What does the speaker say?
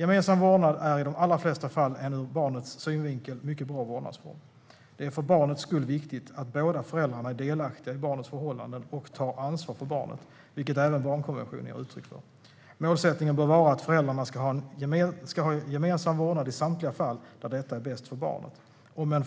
Gemensam vårdnad är i de allra flesta fall en ur barnets synvinkel mycket bra vårdnadsform. Det är för barnets skull viktigt att båda föräldrarna är delaktiga i barnets förhållanden och tar ansvar för barnet, vilket även barnkonventionen ger uttryck för. Målsättningen bör vara att föräldrarna ska ha gemensam vårdnad i samtliga fall där detta är bäst för barnet. Om en